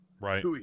right